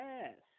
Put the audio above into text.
Yes